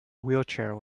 wheelchair